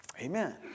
Amen